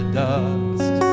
dust